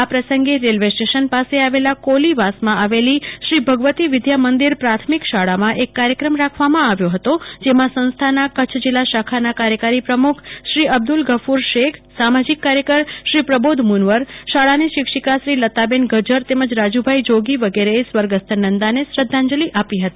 આ પ્રસંગે railway station પાસે આવેલા કોલીવાસમાં આવેલી શ્રી ભગવતી વિદ્યા મંદિર પ્રથમિક શાળામાં એક કાર્યક્રમ રાખવામાં આવ્યો હતો જેમાં સંસ્થાના કરછ જીલ્લા શાખાનાં કાર્યકારી પ્રમુખ શ્રી અબ્દલ ગફર શેખસામાજિક કાર્યકારી શ્રી પ્રબોધ મુનવર શાળાની શિક્ષીકા શ્રી લતાબેન ગજ્જર તેમજ રાજુભાઈ જોગી વગેરે સ્વ નંદાને શ્રદ્ધાંજલિ આપી હતી